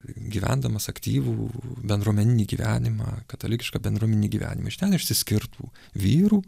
gyvendamas aktyvų bendruomeninį gyvenimą katalikišką bendruomeninį gyvenimą iš ten išsiskirtų vyrų